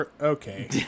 Okay